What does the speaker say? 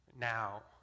now